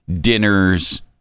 dinners